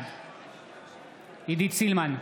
בעד עידית סילמן,